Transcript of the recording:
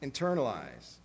Internalize